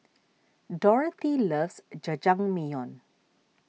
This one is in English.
Dorothy loves Jajangmyeon